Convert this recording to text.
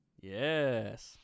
yes